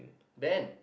Ben